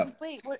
Wait